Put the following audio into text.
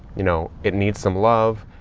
you know, it needs some love.